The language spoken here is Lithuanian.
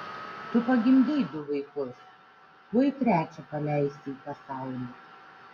tu pagimdei du vaikus tuoj trečią paleisi į pasaulį